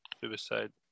Suicide